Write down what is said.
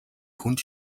хүнд